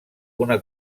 una